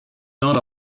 not